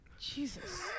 Jesus